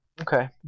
Okay